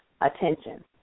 attention